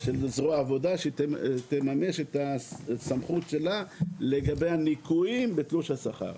של זרוע העבודה שתממש את הסמכות שלה לגבי הניכויים בתלוש השכר.